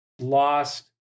lost